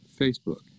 Facebook